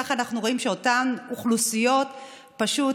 כך אנחנו רואים שאותן אוכלוסיות פשוט,